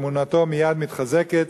אמונתו מייד מתחזקת,